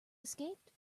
escaped